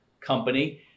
company